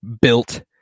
built